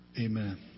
amen